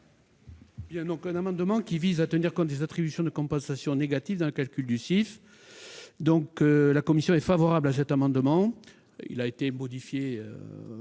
Cet amendement vise à tenir compte des attributions de compensation négatives dans le calcul du CIF. La commission est favorable à cet amendement, tel qu'il